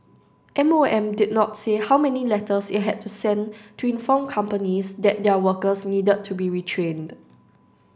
M O M did not say how many letters it had to sent to inform companies that their workers needed to be retrained